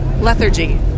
lethargy